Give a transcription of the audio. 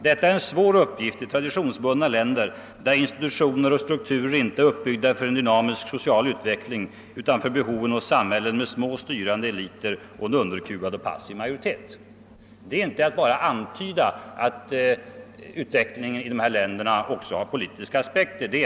Detta är en stor uppgift i traditionsbundna länder, där institutioner och struktur inte är uppbyggda för en dynamisk social utveckling utan för behoven och för samhällen med små styrande eliter och en underkuvad och passiv majoritet.» Detta är faktiskt inte bara att antyda att utvecklingen i dessa länder också har politiska aspekter.